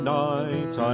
night